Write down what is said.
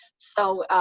so,